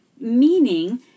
meaning